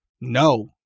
no